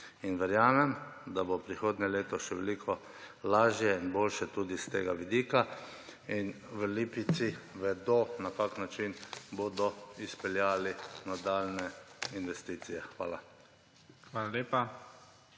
Verjamem, da bo prihodnje leto še veliko lažje in boljše tudi s tega vidika in v Lipici vedo, na kak način bodo izpeljali nadaljnje investicije. Hvala. PREDSEDNIK